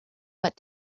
what